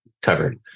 covered